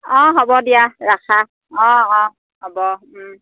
অঁ হ'ব দিয়া ৰাখা অঁ অঁ হ'ব